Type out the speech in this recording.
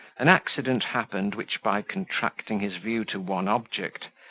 an accident happened which by contracting his view to one object,